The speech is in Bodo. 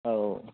औ